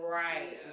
right